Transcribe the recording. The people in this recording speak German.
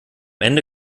ende